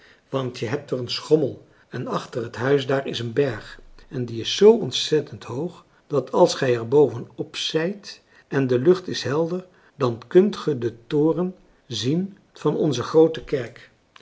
want je hebt er een schommel en achter het huis daar is een berg en die is zoo ontzettend hoog dat als gij er boven op zijt en de lucht is helder dan kunt ge den toren zien van onze groote kerk